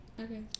Okay